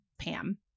Pam